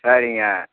சரிங்க